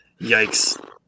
Yikes